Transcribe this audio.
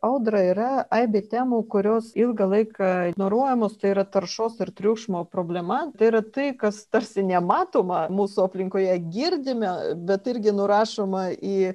audra yra aibė temų kurios ilgą laiką ignoruojamos tai yra taršos ir triukšmo problema tai yra tai kas tarsi nematoma mūsų aplinkoje girdime bet irgi nurašoma į